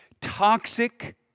toxic